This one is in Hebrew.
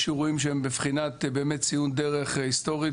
יש אירועים שהם בבחינת באמת ציון דרך היסטורי.